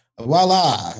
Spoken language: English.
voila